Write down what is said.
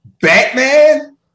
Batman